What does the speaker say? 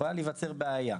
יכולה להיווצר בעיה.